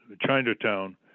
Chinatown